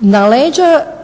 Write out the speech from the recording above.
na leđa